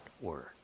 word